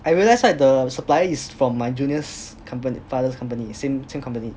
I realised right the supplier is from my junior's compa~ father's company same company